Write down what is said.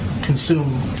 Consume